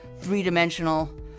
three-dimensional